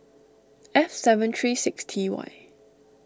F seven three six T Y